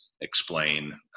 explain